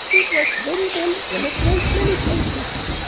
it works very well in a great many places.